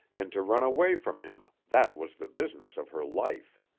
and to run away from him, that was the business of her life.